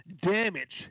damage